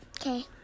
Okay